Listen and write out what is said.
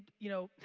you know,